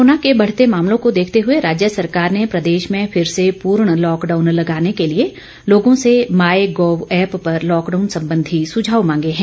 corona के बढ़ते मामलों को देखते हुए राज्य सरकार ने प्रदेश में फिर से पूर्ण लॉकडाउन लगाने के लिए लोगों से मॉय गोव एप्प पर लॉकडाउन संबंधी सुझाव मांगे हैं